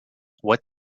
what